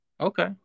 Okay